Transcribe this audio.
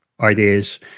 ideas